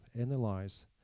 analyze